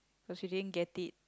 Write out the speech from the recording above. cause you didn't get it